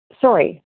Sorry